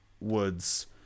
woods